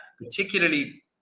particularly